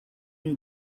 you